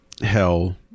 hell